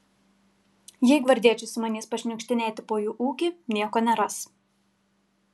jei gvardiečiai sumanys pašniukštinėti po jų ūkį nieko neras